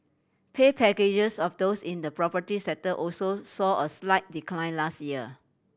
pay packages of those in the property sector also saw a slight decline last year